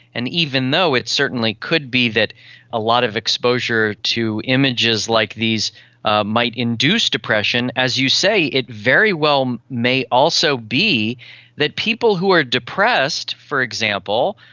and even though it certainly could be that a lot of exposure to images like these ah might induce depression, as you say, it very well may also be that people who are depressed, for example,